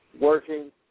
working